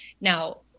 Now